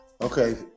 Okay